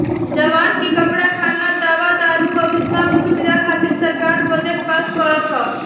जवान के कपड़ा, खाना, दवा दारु अउरी सब सुबिधा खातिर सरकार बजट पास करत ह